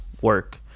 work